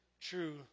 true